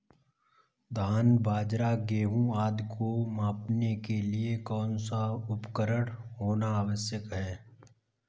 धान बाजरा गेहूँ आदि को मापने के लिए कौन सा उपकरण होना आवश्यक है?